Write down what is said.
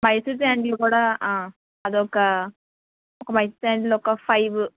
Mysore sandal కూడా అదొక ఒక మైసూర్ శాండల్ ఒక ఫైవ్